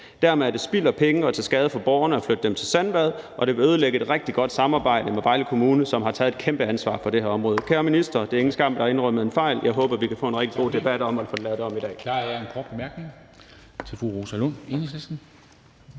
Dermed er det spild af penge og til skade for borgerne at flytte denne gruppe til Sandvad, og det vil ødelægge et rigtig godt samarbejde med Vejle Kommune, som har taget et kæmpe ansvar på det her område. Kære minister, det er ikke en skam at indrømme en fejl. Jeg håber, at vi kan få en rigtig god debat om at få det lavet om i dag.